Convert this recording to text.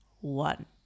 one